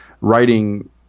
writing